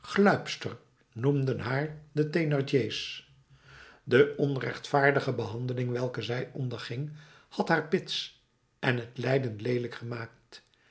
gluipster noemden haar de thénardier's de onrechtvaardige behandeling welke zij onderging had haar bits en het lijden leelijk gemaakt